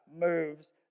moves